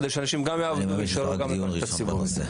כדי שאנשים יעבדו בשב"ן ובמערכת הציבורית.